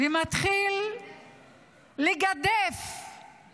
ומתחיל לגדף את